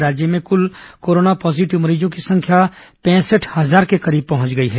राज्य में कुल कोरोना पॉजीटिव मरीजों की संख्या पैंसठ हजार के करीब पहुंच गई है